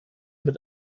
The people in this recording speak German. mit